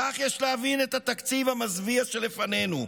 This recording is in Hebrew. כך יש להבין את התקציב המזוויע שלפנינו,